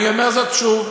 אני אומר זאת שוב: